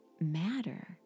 matter